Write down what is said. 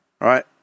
right